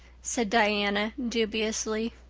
said diana dubiously.